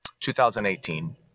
2018